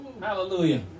Hallelujah